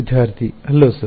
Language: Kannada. ವಿದ್ಯಾರ್ಥಿ ಹಲೋ ಸರ್